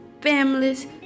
families